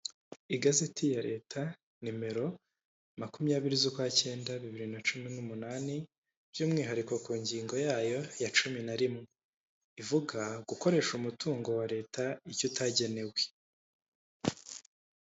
Igazeti ya leta nimero makumyabiri z'ukwakenda, bibiri na cumi n'umunani, by'umwihariko ku ngingo yayo ya cumi na rimwe, ivuga gukoresha umutungo wa leta icyo utagenewe.